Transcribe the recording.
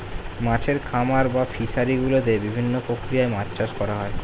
মাছের খামার বা ফিশারি গুলোতে বিভিন্ন প্রক্রিয়ায় মাছ চাষ করা হয়